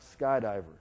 skydiver